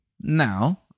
Now